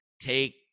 take